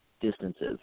distances